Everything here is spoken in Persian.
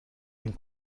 این